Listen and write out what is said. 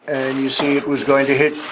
and you see it was going to hit